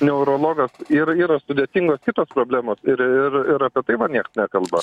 neurologas ir yra sudėtingos kitos problemos ir ir ir apie tai va nieks nekalba